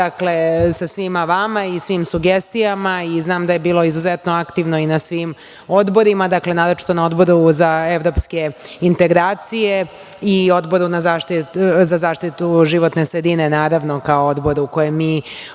saradnji sa svima vama i svim sugestijama. Znam da je bilo izuzetno aktivno i na svim odborima, naročito na Odboru za evropske integracije i Odboru za zaštitu životne sredine, kao odboru kojem mi odgovaramo.